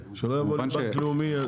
שלא יבוא אלינו בנק לאומי.